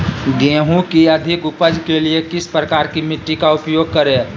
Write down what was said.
गेंहू की अधिक उपज के लिए किस प्रकार की मिट्टी का उपयोग करे?